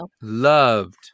loved